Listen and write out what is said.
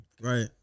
Right